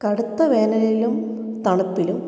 കടുത്ത വേനലിലും തണുപ്പിലും